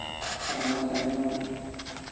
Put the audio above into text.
ᱟᱨ ᱚᱱᱟ ᱛᱟᱭᱱᱚᱢ